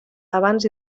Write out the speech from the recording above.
abans